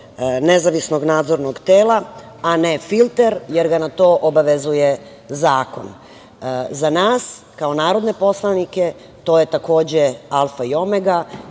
nezavisnog nadzornog tela, a ne filter, jer ga na to obavezuje zakon.Za nas kao narodne poslanike to je, takođe, alfa i omega